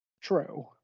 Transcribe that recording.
True